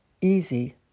easy